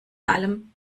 allem